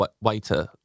waiter